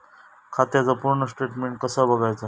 खात्याचा पूर्ण स्टेटमेट कसा बगायचा?